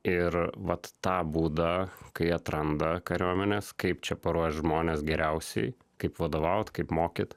ir vat tą būdą kai atranda kariuomenės kaip čia paruošt žmones geriausiai kaip vadovaut kaip mokyt